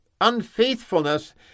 unfaithfulness